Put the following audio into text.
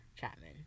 Chapman